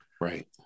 right